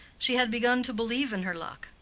she had begun to believe in her luck,